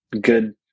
good